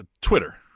Twitter